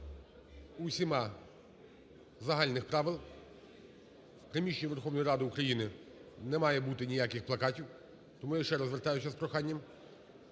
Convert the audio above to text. усіма загальних правил, в приміщенні Верховної Ради України не має бути ніяких плакатів. Тому я ще раз звертаюся з проханням.